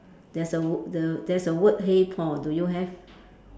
there's a the there's a word hey Paul do you have